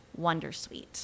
Wondersuite